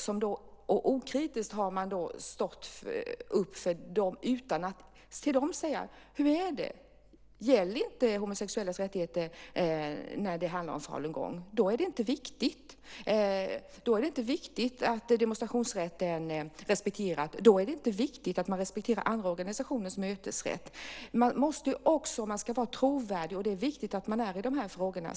Man har okritiskt stått upp för dem utan att säga: Hur är det, gäller inte homosexuellas rättigheter när det handlar om falungong? Då är det inte viktigt. Det är heller inte viktigt att demonstrationsfriheten respekteras och att man respekterar andra organisationers mötesrätt. Man ska vara trovärdig. Det är viktigt att man är det i dessa frågor.